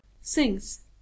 sings